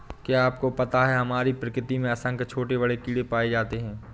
क्या आपको पता है हमारी प्रकृति में असंख्य छोटे बड़े कीड़े पाए जाते हैं?